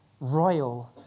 royal